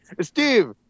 Steve